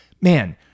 Man